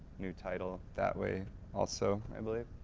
new title that way also, i believe.